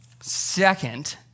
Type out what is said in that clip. second